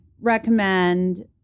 recommend